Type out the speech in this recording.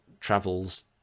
travels